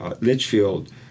Litchfield